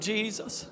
Jesus